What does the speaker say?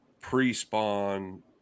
pre-spawn